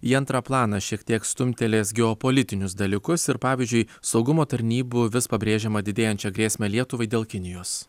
į antrą planą šiek tiek stumtelės geopolitinius dalykus ir pavyzdžiui saugumo tarnybų vis pabrėžiamą didėjančią grėsmę lietuvai dėl kinijos